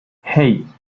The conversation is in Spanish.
hey